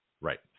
Right